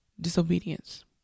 disobedience